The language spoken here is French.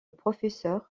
professeur